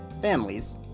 families